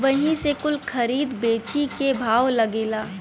वही से कुल खरीद बेची के भाव लागेला